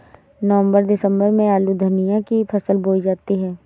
नवम्बर दिसम्बर में आलू धनिया की फसल बोई जाती है?